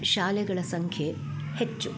ಶಾಲೆಗಳ ಸಂಖ್ಯೆ ಹೆಚ್ಚು